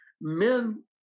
Men